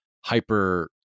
hyper-